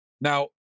Now